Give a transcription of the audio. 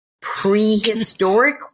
Prehistoric